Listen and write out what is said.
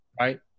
right